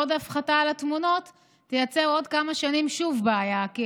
עוד הפחתה של התמונות תייצר שוב בעיה בעוד כמה שנים,